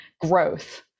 growth